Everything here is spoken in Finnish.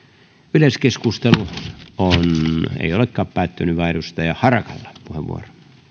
yleiskeskustelu on ei olekaan päättynyt vaan edustaja harakalla on puheenvuoro